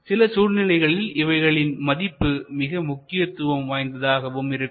சில சூழ்நிலைகளில் இவைகளின் மதிப்பு மிக முக்கியத்துவம் வாய்ந்ததாகவும் இருக்கும்